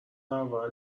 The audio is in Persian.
اول